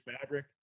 fabric